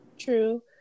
True